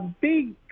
big